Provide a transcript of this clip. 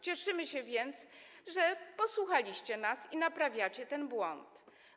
Cieszymy się więc, że posłuchaliście nas i naprawiacie ten błąd.